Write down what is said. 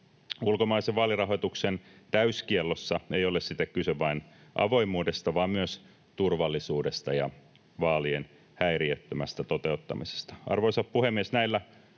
Ulkomaisen vaalirahoituksen täyskiellossa ei ole siten kyse vain avoimuudesta vaan myös turvallisuudesta ja vaalien häiriöttömästä toteuttamisesta. Arvoisa puhemies! Näillä